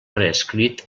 reescrit